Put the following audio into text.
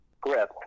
Grip